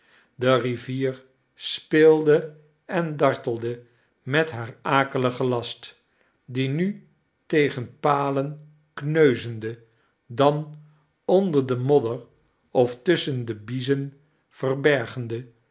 de rivier speelde en dartelde met haar akeligen last dien nu tegen palen kneuzende dan onder den modder of tusschen de biezen verbergende